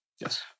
Yes